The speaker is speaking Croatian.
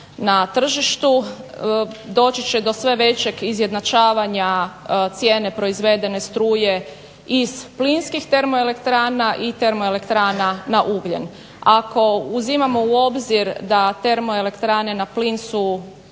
na tržištu doći će do sve većeg izjednačavanja cijene proizvedene struje iz plinskih elektrana i termoelektrana na ugljen. Ako uzimamo u obzir da termoelektrane na plin su